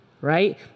right